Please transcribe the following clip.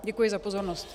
Děkuji za pozornost.